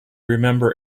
remember